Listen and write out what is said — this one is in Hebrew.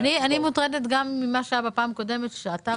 אני מוטרדת גם ממה שהיה בפעם הקודמת שאתה